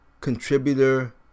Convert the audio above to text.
contributor